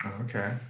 Okay